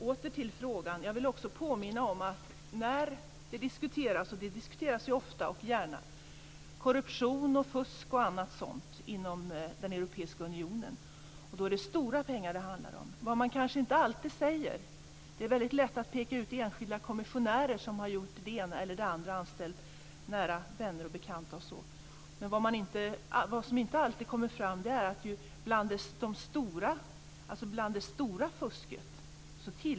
Åter till frågan: Jag vill också påminna om att det ofta och gärna diskuteras korruption, fusk och annat sådant inom den europeiska unionen. Då är det stora pengar det handlar om. Det är väldigt lätt att peka ut enskilda kommissionärer som har gjort det ena eller det andra, anställt nära vänner och bekanta och så. Men vad som inte alltid kommer fram är att jordbruket tillhör området med det stora fusket.